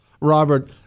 Robert